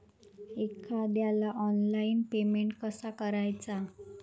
एखाद्याला online payment कसा करायचा?